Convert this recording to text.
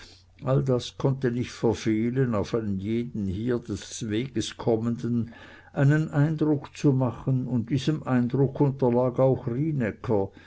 all das konnte nicht verfehlen auf jeden hier des weges kommenden einen eindruck zu machen und diesem eindruck unterlag auch